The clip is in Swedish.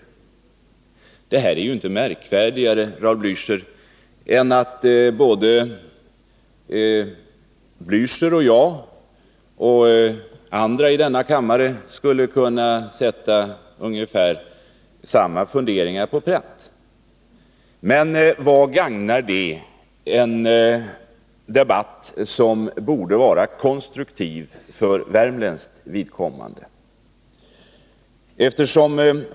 Men de spekulationerna är inte märkvärdigare, Raul Blächer, än att både ni och jag och andra i denna kammare skulle kunna sätta ungefär samma funderingar på pränt. Men vad skulle det gagna en debatt som borde vara konstruktiv för värmländskt vidkommande?